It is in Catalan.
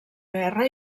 guerra